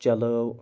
چَلٲو